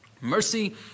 mercy